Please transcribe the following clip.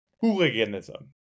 hooliganism